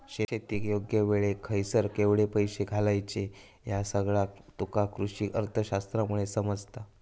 शेतीत योग्य वेळेक खयसर केवढे पैशे घालायचे ह्या सगळा तुका कृषीअर्थशास्त्रामुळे समजता